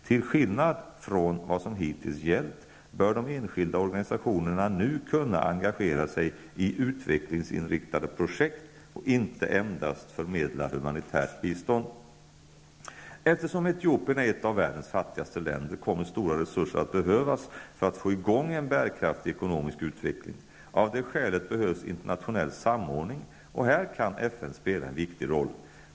Till skillnad från vad som hittills gällt, bör de enskilda organisationerna nu kunna engagera sig i utvecklingsinriktade projekt och inte endast förmedla humanitärt bistånd. Eftersom Etiopien är ett av världens fattigaste länder, kommer stora resurser att behövas för att få i gång en bärkraftig ekonomisk utveckling. Av det skälet behövs internationell samordning, och här kan FN spela en viktig roll.